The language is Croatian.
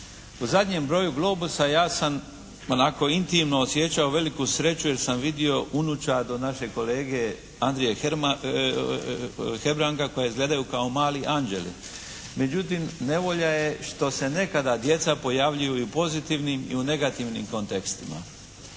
U zadnjem broju "Globusa" ja sam onako intimno osjećao veliku sreću jer sam vidio unučad od našeg kolege Andrije Hebranga koji izgledaju kao mali anđeli. Međutim, nevolja je što se nekada djeca pojavljuju i u pozitivnim i u negativnim kontekstima.